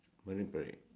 marine Parade